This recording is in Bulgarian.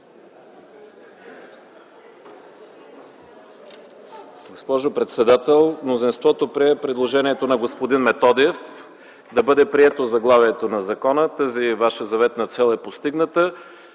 Госпожо председател, мнозинството прие предложението на господин Методиев – да бъде прието заглавието на закона. Тази ваша заветна цел е постигната.